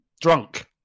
drunk